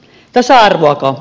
tasa arvoako